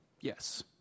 Yes